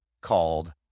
called